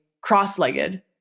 cross-legged